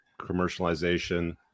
commercialization